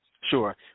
Sure